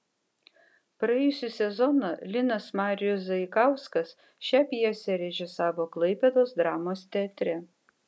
praėjusį sezoną linas marijus zaikauskas šią pjesę režisavo klaipėdos dramos teatre